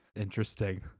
Interesting